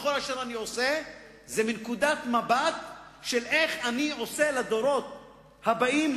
וכל אשר אני עושה זה מנקודת מבט של איך אני עושה לדורות הבאים,